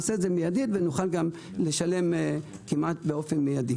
נעשה זאת מיידית ונוכל לשלם כמעט מיידית.